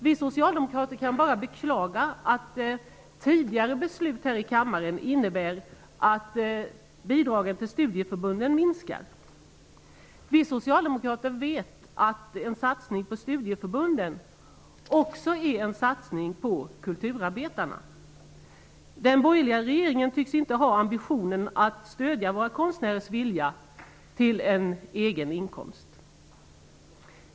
Vi socialdemokrater kan bara beklaga att tidigare beslut här i kammaren innebär att bidragen till studieförbunden minskar. Vi socialdemokrater vet att en satsning på studieförbunden också är en satsning på kulturarbetarna. Den borgerliga regeringen tycks inte ha ambitionen att stödja våra konstnärers vilja till en egen inkomst!